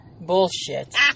bullshit